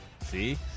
see